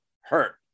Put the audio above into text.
hurt